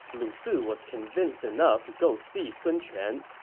lu su was convinced enough to go see sun quan,